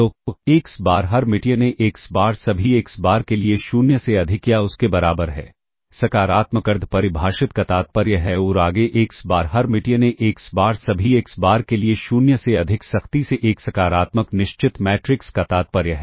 तो x bar Hermitian A x bar सभी x bar के लिए 0 से अधिक या उसके बराबर है सकारात्मक अर्ध परिभाषित का तात्पर्य है और आगे x bar Hermitian A x bar सभी एक्स बार के लिए 0 से अधिक सख्ती से एक सकारात्मक निश्चित मैट्रिक्स का तात्पर्य है